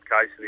case